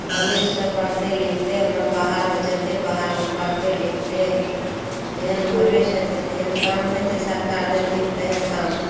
भावेशसँ पढ़तै लिखतै अपन बाहरमे जेतै बाहरमे पढ़तै लिखतै जेहन भावेश हेतै तेहन काम हेतै सरकार देथिन तेहन काम